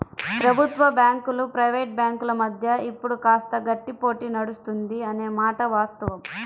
ప్రభుత్వ బ్యాంకులు ప్రైవేట్ బ్యాంకుల మధ్య ఇప్పుడు కాస్త గట్టి పోటీ నడుస్తుంది అనే మాట వాస్తవం